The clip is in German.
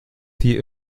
die